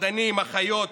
מדענים, אחיות,